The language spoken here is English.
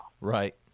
Right